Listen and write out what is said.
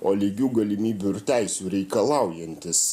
o lygių galimybių ir teisių reikalaujantis